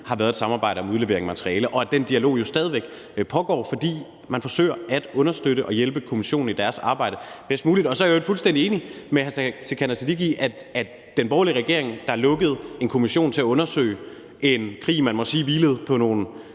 har været et samarbejde om udlevering af materiale, og at den dialog stadig væk pågår, fordi man forsøger at understøtte og hjælpe kommissionen i sit arbejde bedst muligt. Og så er jeg i øvrigt fuldstændig enig med hr. Sikandar Siddique i, at den borgerlige regering, der lukkede en kommission til at undersøge en krig, man må man sige hvilede på nogle